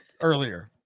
earlier